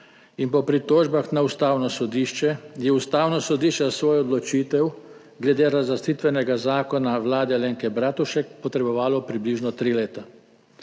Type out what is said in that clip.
in po pritožbah na Ustavno sodišče je Ustavno sodišče svojo odločitev glede razlastitvenega zakona vlade Alenke Bratušek potrebovalo približno tri leta.